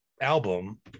album